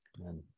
Amen